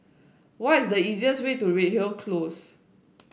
what is the easiest way to Redhill Close